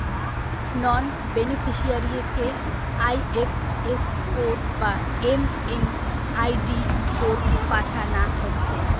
নন বেনিফিসিয়ারিকে IFS code বা MMID code পাঠানা হচ্ছে